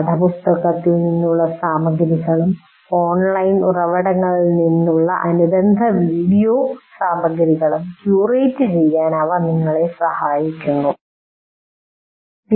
പാഠപുസ്തകങ്ങളിൽ നിന്നുള്ള സാമഗ്രികളും ഓൺലൈൻ ഉറവിടങ്ങളിൽ നിന്നുള്ള അനുബന്ധ വീഡിയോ സാമഗ്രികളും ക്യൂറേറ്റ് ചെയ്യാൻ അവർ നിങ്ങളെ അനുവദിക്കുന്നു